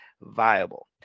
viable